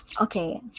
okay